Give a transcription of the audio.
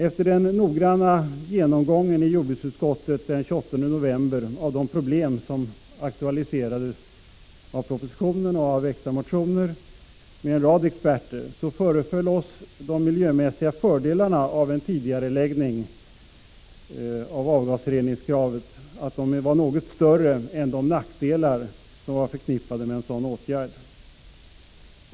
Efter den noggranna genomgången i jordbruksutskottet den 28 november, med en rad experter, av de problem som aktualiserades av propositionen och väckta motioner, föreföll oss de miljömässiga fördelarna av en tidigareläggning av avgasreningskraven vara något större än de nackdelar som var förknippade med en sådan åtgärd.